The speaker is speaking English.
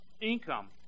income